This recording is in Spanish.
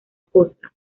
costa